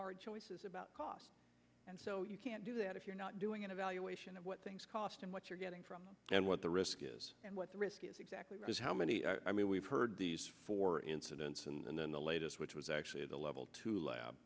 hard choices about cost and so you can't do that if you're not doing an evaluation of what things cost and what you're getting from and what the risk is and what the risk is exactly how many i mean we've heard these four incidents and then the latest which was actually at a level two lab